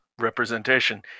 representation